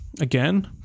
again